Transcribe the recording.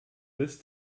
this